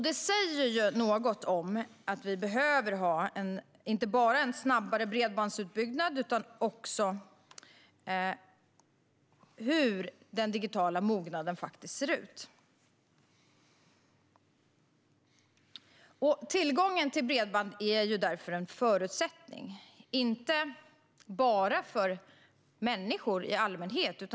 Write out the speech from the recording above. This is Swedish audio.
Detta säger inte bara att vi behöver ha en snabbare bredbandsutbyggnad utan också hur den digitala mognaden faktiskt ser ut. Tillgången till bredband är därför en förutsättning - inte bara för människor i allmänhet.